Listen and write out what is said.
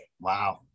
Wow